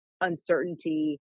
uncertainty